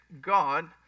God